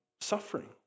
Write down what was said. suffering